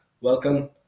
welcome